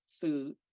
food